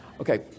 Okay